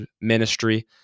ministry